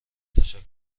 تشکر